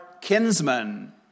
kinsman